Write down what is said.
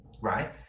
right